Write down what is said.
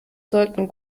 sollten